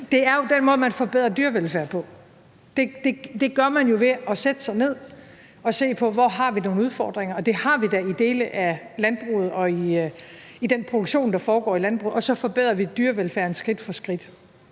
det er jo den måde, man forbedrer dyrevelfærd på. Det gør man jo ved at sætte sig ned og se på, hvor der er nogle udfordringer – og det er der da i dele af landbruget og i den produktion, der foregår i landbruget – og så forbedrer vi dyrevelfærden skridt for skridt.